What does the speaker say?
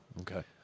Okay